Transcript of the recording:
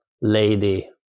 lady